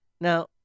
Now